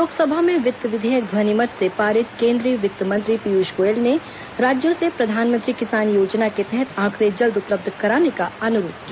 लोकसभा में वित्त विधेयक ध्वनिमत से पारित केंद्रीय वित्त मंत्री पीयूष गोयल ने राज्यों से प्रधानमंत्री किसान योजना के तहत आंकड़े जल्द उपलब्ध कराने का अनुरोध किया